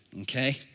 okay